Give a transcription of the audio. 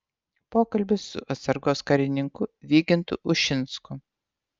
pokalbis su atsargos karininku vygintu ušinsku